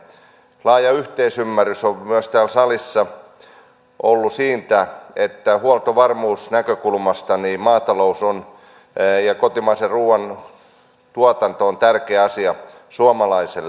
laaja yhteisymmärrys on täällä salissa ollut myös siitä että huoltovarmuusnäkökulmasta maatalous ja kotimaisen ruoan tuotanto on tärkeä asia suomalaisille